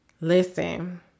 Listen